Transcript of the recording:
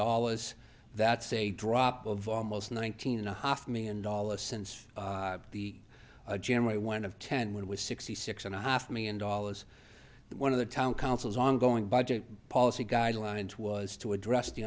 dollars that's a drop of almost one thousand a half million dollars since the generate one of ten when it was sixty six and a half million dollars one of the town councils ongoing budget policy guidelines was to address the